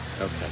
Okay